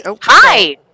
hi